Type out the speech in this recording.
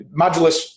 Modulus